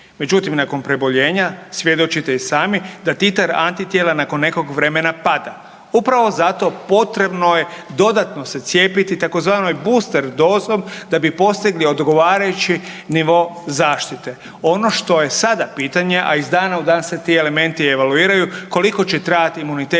Međutim nakon preboljenja svjedočite i sami da titar antitijela nakon nekog vremena pada. Upravo zato potrebno je dodano se cijepiti tzv. booster dozom da bi postigli odgovarajući nivo zaštite. Ono što je sada pitanje, a iz dana u dan se ti elementi evaluiraju, koliko će trajati imunitet